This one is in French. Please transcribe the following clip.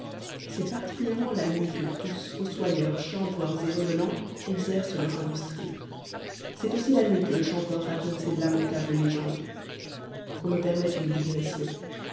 c'est particulièrement la nuit que tous fossoyeurs chanvreurs et revenants exercent leur industrie c'est aussi la nuit que le chanvreur raconte ses lamentables légendes qu'on me permette une digression